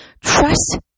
Trust